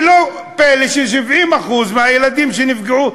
ולא פלא ש-70% מהילדים שנפגעו,